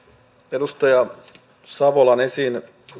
edustaja savolan esiin